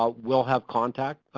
ah will have contact,